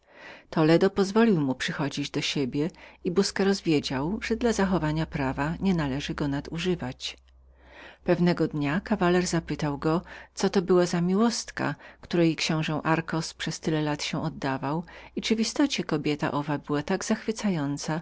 toledo pozwolił mu przychadzać do siebie i busqueros wiedział że dla zachowania prawa nienależało go nadużywać pewnego dnia kawaler zapytał go co znaczyła jakaś intryga kobiety którą książe darcos przez tyle lat się zajmował i czyli w istocie była ona tak zachwycającą